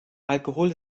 alkohol